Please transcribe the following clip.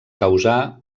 causà